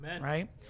right